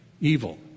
evil